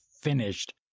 finished